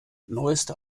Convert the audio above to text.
neueste